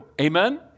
Amen